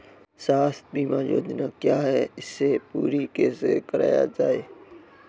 स्वास्थ्य बीमा योजना क्या है इसे पूरी कैसे कराया जाए?